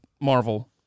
Marvel